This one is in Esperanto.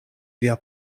via